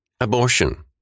Abortion